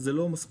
זה לא מספיק,